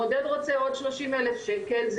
המודד רוצה עוד 30 אלף שקל,